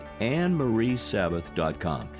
AnneMarieSabbath.com